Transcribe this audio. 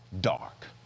dark